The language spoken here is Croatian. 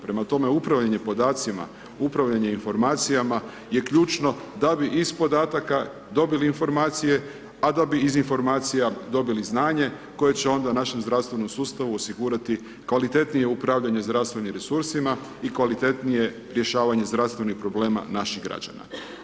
Prema tome, upravljanje podacima, upravljanje informacijama je ključno da bi iz podataka dobili informacije, a da bi iz informacija dobili znanje koje će onda našem zdravstvenom sustavu osigurati kvalitetnije upravljanje zdravstvenim resursima i kvalitetnije rješavanje zdravstvenih problema naših građana.